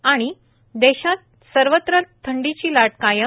आणि देशात सर्वत्र थंडीची लाट कायम